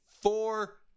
Four